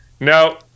No